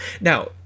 now